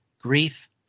Grief